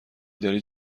داری